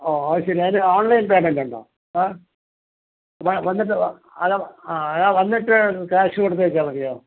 ആ അതുശരി അതിന് ഓൺലൈൻ പേയ്മെൻറ് ഉണ്ടോ അ വ വന്നിട്ട് അത് ആ അത് വന്നിട്ട് ക്യാഷ് കൊടുത്താൽ മതിയോ